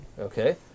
Okay